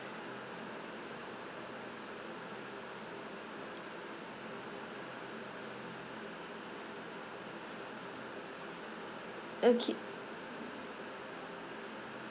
okay